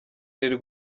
riri